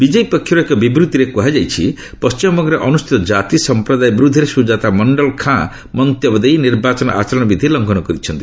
BJP ପକ୍ଷରୁ ଏକ ବିବୃତ୍ତିରେ କୁହାଯାଇଛି ପଶ୍ଚିମବଙ୍ଗରେ ଅନୁସୂଚୀତ ଜାତି ସମ୍ପ୍ରଦାୟ ବିରୁଦ୍ଧରେ ସୁଜାତା ମଣ୍ଡଳ ଖାଁ ମନ୍ତବ୍ୟ ଦେଇ ନିର୍ବାଚନ ଆଚରଣବିଧି ଲଙ୍ଘନ କରିଛନ୍ତି